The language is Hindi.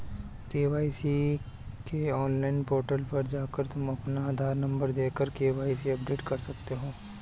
के.वाई.सी के ऑनलाइन पोर्टल पर जाकर तुम अपना आधार नंबर देकर के.वाय.सी अपडेट कर सकते हो